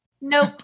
Nope